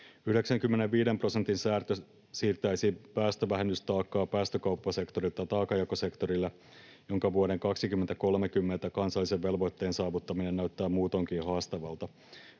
95 prosentin sääntö siirtäisi päästövähennystaakkaa päästökauppasektorilta taakanjakosektorille, jonka vuoden 2030 kansallisen velvoitteen saavuttaminen näyttää muutoinkin haastavalta.